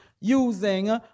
Using